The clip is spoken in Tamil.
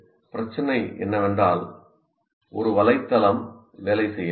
பிரச்சனை என்னவென்றால் ஒரு வலைத்தளம் வேலைசெய்யவில்லை